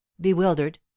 bewildered